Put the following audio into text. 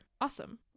awesome